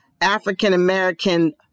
African-American